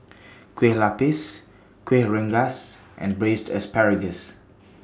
Kueh Lapis Kueh Rengas and Braised Asparagus